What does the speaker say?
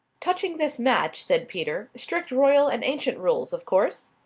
touching this match, said peter. strict royal and ancient rules, of course?